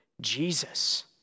Jesus